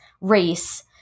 race